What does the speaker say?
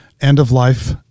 end-of-life